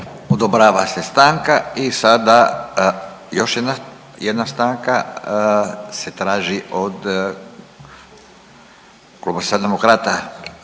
Odobrava se stanka. I sada, još jedna, jedna stanka se traži od Kluba Socijaldemokrata,